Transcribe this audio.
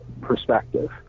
perspective